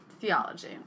Theology